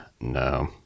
no